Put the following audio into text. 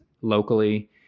locally